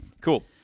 Cool